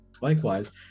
Likewise